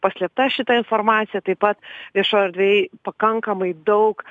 paslėpta šita informacija taip pat viešojoj erdvėj pakankamai daug